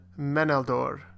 Meneldor